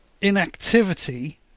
inactivity